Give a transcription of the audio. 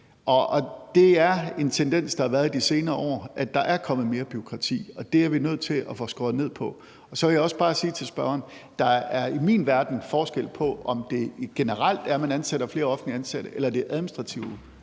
Det er en tendens, der har været de senere år, at der er kommet mere bureaukrati, og det er vi nødt til at få skåret ned på. Så vil jeg også bare sige til spørgeren: Der er i min verden forskel på, om det er generelt, man ansætter flere offentligt ansatte, eller om det er administrative